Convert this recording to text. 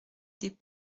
des